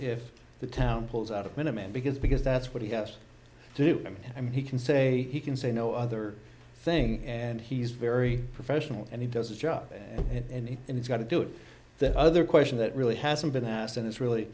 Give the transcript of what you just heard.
if the town pulls out a minimum because because that's what he has to do and he can say he can say no other thing and he's very professional and he does his job and it's got to do it the other question that really hasn't been asked and it's really